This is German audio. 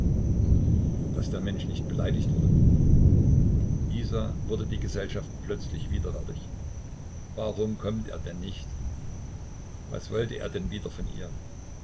daß der mensch nicht beleidigt wurde isa wurde die gesellschaft plötzlich widerwärtig warum komme er denn nicht was wolle er denn wieder von ihr